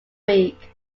week